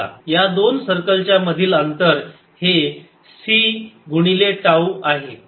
या दोन सर्कलच्या मधील अंतर हे c गुणिले टाऊ आहे